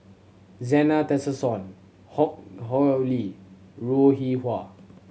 Zena Tessensohn Hock Ho Lee Loo Rih Hwa